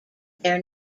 their